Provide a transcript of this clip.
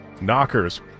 Knockers